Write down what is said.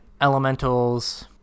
Elementals